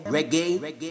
Reggae